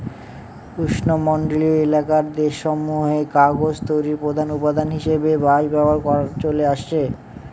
উষ্ণমন্ডলীয় এলাকার দেশসমূহে কাগজ তৈরির প্রধান উপাদান হিসাবে বাঁশ ব্যবহার চলে আসছে